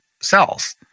cells